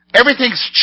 everything's